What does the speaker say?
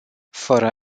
fără